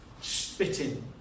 spitting